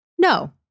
no